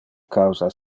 causa